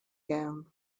gown